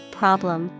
problem